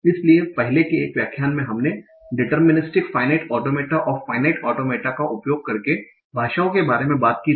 इसलिए पहले के एक व्याख्यान में हमने deterministic finite automata of finite automata का उपयोग करके संदर्भ समय 1228 भाषाओं के बारे में बात की थी